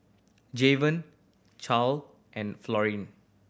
Javen Clair and Florian